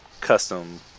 custom